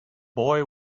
boy